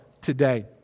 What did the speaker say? today